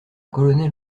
colonel